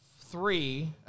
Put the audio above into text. three